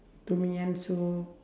tom-yum soup